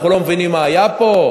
אנחנו לא מבינים מה היה פה?